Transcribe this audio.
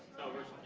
numbers